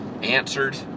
Answered